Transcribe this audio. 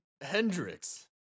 Hendrix